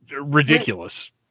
ridiculous